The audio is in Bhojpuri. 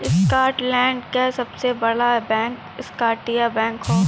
स्कॉटलैंड क सबसे बड़ा बैंक स्कॉटिया बैंक हौ